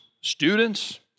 students